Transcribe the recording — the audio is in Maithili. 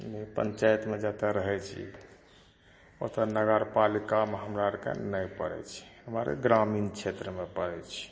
पंचयातमे जतऽ रहै छी ओतऽ नगरपालिकामे हमरा आरके नहि परै छै हमरा आरके ग्रामीण क्षेत्रमे परै छै